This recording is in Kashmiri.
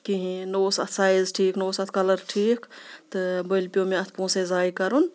کِہیٖنۍ نہٕ اوس اَتھ سایز ٹھیٖک نہٕ اوس اَتھ کَلَر ٹھیٖک تہٕ بٔلۍ پیوٚ مےٚ اَتھ پونٛسَے زایہِ کَرُن